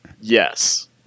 yes